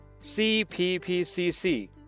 CPPCC